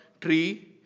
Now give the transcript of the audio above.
tree